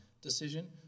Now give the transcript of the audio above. decision